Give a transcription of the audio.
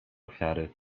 ofiary